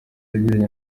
yagiranye